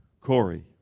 Corey